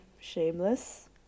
Shameless